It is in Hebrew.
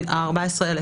ה-14,000.